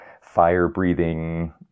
fire-breathing